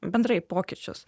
bendrai pokyčius